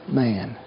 man